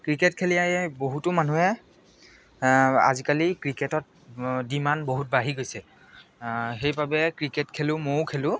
cricket খেলি বহুতো মানুহে আজিকালি ক্ৰিকেটত ডিমাণ্ড বহুত বাঢ়ি গৈছে সেইবাবে ক্ৰিকেট খেলোঁ মইও খেলোঁ